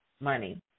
money